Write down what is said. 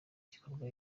igikorwa